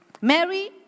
Mary